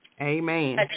Amen